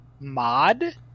mod